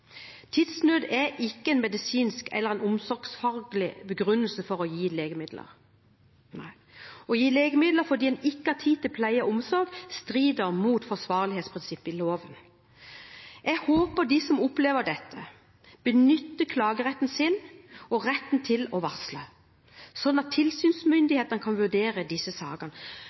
Tidsnød er ikke en medisinsk eller omsorgsfaglig begrunnelse for å gi legemidler. Å gi legemidler fordi en ikke har tid til pleie og omsorg, strider mot forsvarlighetsprinsippet i loven. Jeg håper de som opplever dette, benytter seg av klageretten sin og retten til å varsle, slik at tilsynsmyndighetene kan vurdere disse sakene.